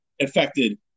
affected